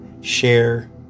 share